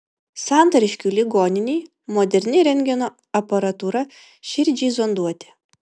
santariškių ligoninei moderni rentgeno aparatūra širdžiai zonduoti